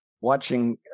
watching